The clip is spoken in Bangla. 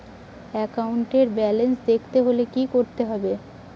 একাউন্টের ব্যালান্স দেখতে হলে কি করতে হবে?